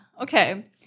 Okay